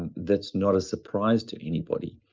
and that's not a surprise to anybody.